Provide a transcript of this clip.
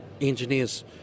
engineers